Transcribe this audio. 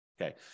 Okay